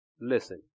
listen